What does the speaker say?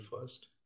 first